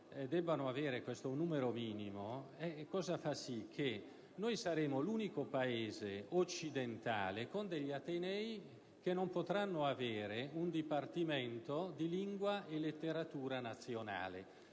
debbano avere un numero minimo di docenti fa sì che saremo l'unico Paese occidentale in cui gli atenei non potranno avere un dipartimento di lingua e letteratura nazionale.